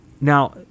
Now